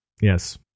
Yes